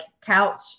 couch